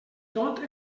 tot